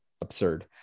absurd